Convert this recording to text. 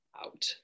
out